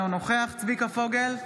אינו נוכח צביקה פוגל,